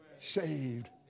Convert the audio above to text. Saved